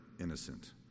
innocent